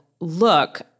look